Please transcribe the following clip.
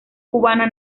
cubana